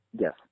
Yes